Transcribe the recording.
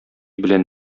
белән